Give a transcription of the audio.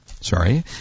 Sorry